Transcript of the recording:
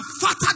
fatter